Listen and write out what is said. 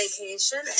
vacation